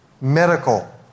medical